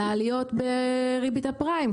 על העליות בריבית הפריים?